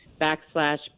backslash